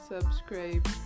Subscribe